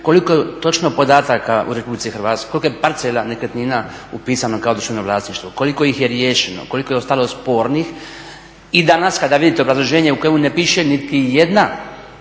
koliko je točno podataka u RH, koliko je parcela nekretnina upisano kao državno vlasništvo, koliko ih je riješeno, koliko je ostalo spornih i danas kada vidite obrazloženje u kojemu ne piše niti jedna